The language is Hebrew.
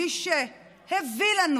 מי שהביא לנו